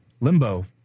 Limbo